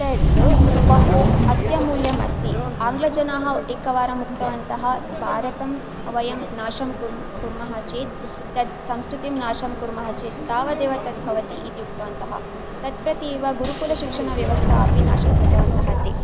तत् बहु अत्यमूल्यम् अस्ति आङ्लजनाः एकवारम् उक्तवन्तः भारतं वयं नाशं कुर् कुर्मः चेत् तत् संस्कृतिं नाशं कुर्मः चेत् तावदेव तद्भवति इति उक्तवन्तः तत् प्रति एव गुरुकुलशिक्षणव्यवस्था अपि नाशं कृतवन्तः ते